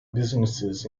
businesses